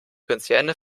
konzerne